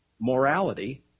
morality